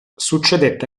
succedette